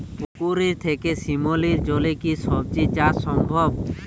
পুকুর থেকে শিমলির জলে কি সবজি চাষ সম্ভব?